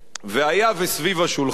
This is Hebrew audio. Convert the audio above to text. וסביב השולחן